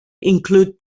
include